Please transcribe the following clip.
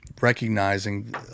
recognizing